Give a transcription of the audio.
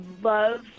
love